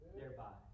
thereby